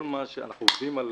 כל מה שאנחנו עובדים על